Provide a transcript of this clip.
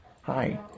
Hi